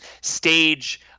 stage